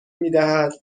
میدهد